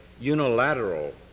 unilateral